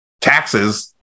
taxes